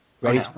Ready